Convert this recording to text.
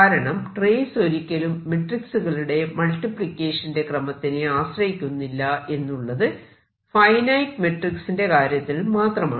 കാരണം ട്രേസ് ഒരിക്കലും മെട്രിക്സുകളുടെ മൾട്ടിപ്ലിക്കേഷന്റെ ക്രമത്തിനെ ആശ്രയിക്കുന്നില്ല എന്നുള്ളത് ഫൈനൈറ്റ് മെട്രിക്സിന്റെ കാര്യത്തിൽ മാത്രമാണ്